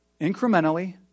incrementally